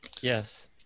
Yes